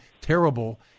terrible